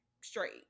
straight